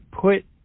put